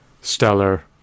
stellar